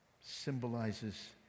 symbolizes